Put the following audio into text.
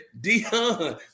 Dion